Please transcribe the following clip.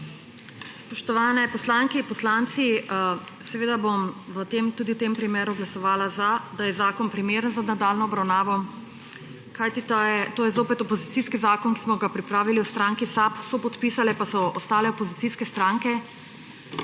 Spoštovani poslanke, poslanci! Seveda bom tudi v tem primeru glasovala za, da je zakon primeren za nadaljnjo obravnavo, kajti to je zopet opozicijski zakon, ki smo ga pripravili v stranki SAB, sopodpisale pa so ostale opozicijske stranke,